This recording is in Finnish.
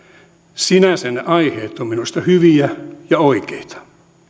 sinänsä ne aiheet ovat minusta hyviä ja oikeita